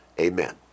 Amen